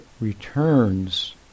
returns